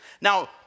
Now